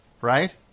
Right